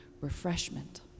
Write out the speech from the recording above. refreshment